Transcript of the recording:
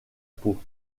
peau